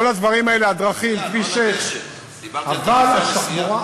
כל הדברים האלה, הדרכים, כביש 6. לא על הגשר.